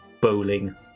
bowling